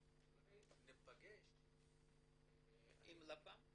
שאולי ניפגש עם לפ"מ.